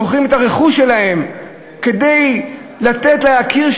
מוכרים את הרכוש שלהם כדי לתת ליקירם